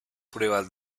pruebas